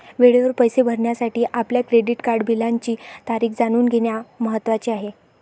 वेळेवर पैसे भरण्यासाठी आपल्या क्रेडिट कार्ड बिलाची तारीख जाणून घेणे महत्वाचे आहे